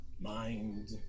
Mind